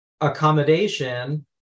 accommodation